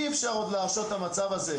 אי אפשר עוד להרשות את המצב הזה.